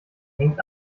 hängt